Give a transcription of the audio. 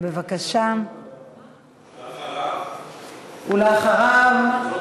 3578 ו-3579